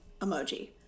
emoji